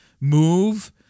move